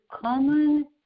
common